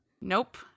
Nope